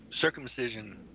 circumcision